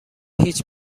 هیچ